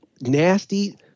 Nasty